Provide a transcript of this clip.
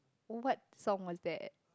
oh what song was that